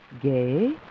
Gay